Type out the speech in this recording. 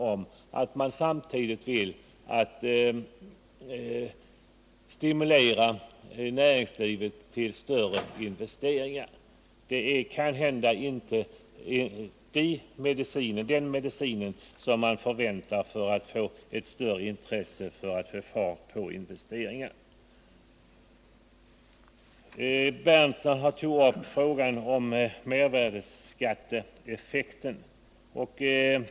Å andra sidan vill man stimulera näringslivet till större investeringar. Dessa två uttalanden stämmer inte överens och de kan väl knappast vara den rätta medicinen för att skapa ett större intresse för nyinvesteringar. Nils Berndtson tog upp frågan om mervärdeskatteeffekten.